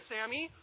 Sammy